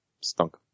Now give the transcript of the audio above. Stunk